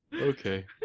Okay